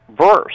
verse